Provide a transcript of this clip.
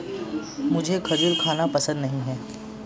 मुझें खजूर खाना पसंद नहीं है